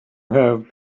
have